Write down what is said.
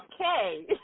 Okay